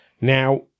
Now